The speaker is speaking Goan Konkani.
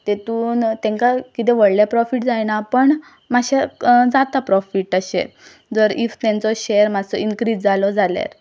तेतून तेंकां किदं व्हडलें प्रॉफीट जायना पण मात्शें जाता प्रॉफीट तशें जर इफ तेंचो शॅर मात्सो इनक्रीझ जालो जाल्यार